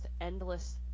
Endless